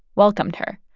welcomed her.